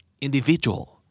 Individual